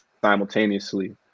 simultaneously